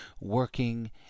working